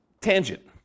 tangent